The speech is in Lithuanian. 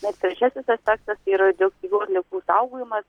na ir trečiasis aspektas tai radioaktyvių atliekų saugojimas